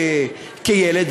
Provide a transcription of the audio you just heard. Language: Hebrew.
כילד,